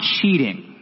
cheating